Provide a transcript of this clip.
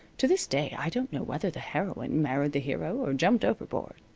to this day i don't know whether the heroine married the hero or jumped overboard.